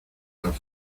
nos